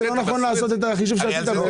זה לא נכון לעשות את החישוב שעשית.